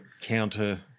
counter